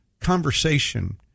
conversation